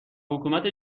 حکومت